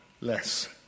less